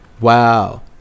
Wow